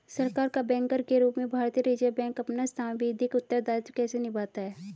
सरकार का बैंकर के रूप में भारतीय रिज़र्व बैंक अपना सांविधिक उत्तरदायित्व कैसे निभाता है?